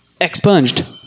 expunged